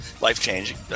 life-changing